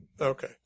okay